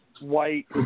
white